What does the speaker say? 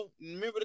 remember